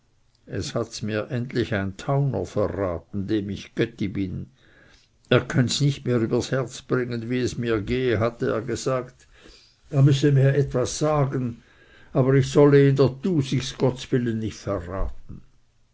es hats mir endlich ein tauner verraten dem ich götti bin er könns nicht mehr übers herz bringen wie es mir gehe hat er gesagt er müsse mir etwas sagen aber ich solle ihn dr tusig gottswillen nicht verraten